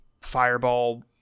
fireball